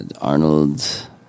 Arnold